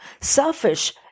Selfish